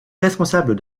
responsable